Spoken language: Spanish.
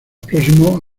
próximos